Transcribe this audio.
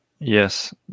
Yes